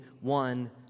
one